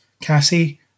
Cassie